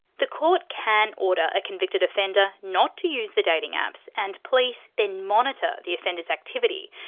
the court can order a convicted offender not to use the dating apps and police then monitor the offender's activity.